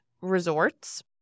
resorts